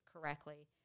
correctly